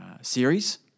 series